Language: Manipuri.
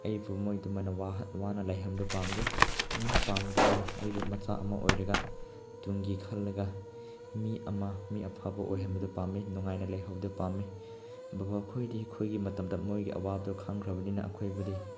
ꯑꯩꯕꯨ ꯃꯣꯏ ꯑꯗꯨꯃꯥꯏꯅ ꯋꯥꯅ ꯂꯩꯍꯟꯕꯗꯨ ꯄꯥꯝꯗꯦ ꯃꯣꯏꯅ ꯄꯥꯝꯕꯗꯨꯗꯤ ꯑꯩꯕꯨ ꯃꯆꯥ ꯑꯃ ꯑꯣꯏꯔꯒ ꯇꯨꯡꯒꯤ ꯈꯜꯂꯒ ꯃꯤ ꯑꯃ ꯃꯤ ꯑꯐꯕ ꯑꯣꯏꯍꯟꯕꯗꯨ ꯄꯥꯝꯃꯤ ꯅꯨꯡꯉꯥꯏꯅ ꯂꯩꯍꯧꯕꯗꯨ ꯄꯥꯝꯃꯤ ꯕꯕꯥ ꯈꯣꯏꯗꯤ ꯑꯩꯈꯣꯏꯒꯤ ꯃꯇꯝꯗ ꯃꯣꯏꯒꯤ ꯑꯋꯥꯕꯗꯨ ꯈꯪꯈ꯭ꯔꯕꯅꯤꯅ ꯑꯩꯈꯣꯏꯕꯨꯗꯤ